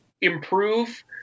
improve